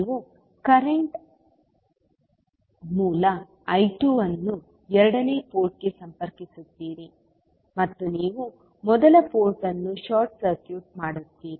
ನೀವು ಕರೆಂಟ್ ಮೂಲ I2 ಅನ್ನು ಎರಡನೇ ಪೋರ್ಟ್ಗೆ ಸಂಪರ್ಕಿಸುತ್ತೀರಿ ಮತ್ತು ನೀವು ಮೊದಲ ಪೋರ್ಟ್ ಅನ್ನು ಶಾರ್ಟ್ ಸರ್ಕ್ಯೂಟ್ ಮಾಡುತ್ತೀರಿ